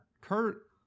Kurt